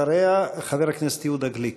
אחריה, חבר הכנסת יהודה גליק.